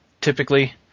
typically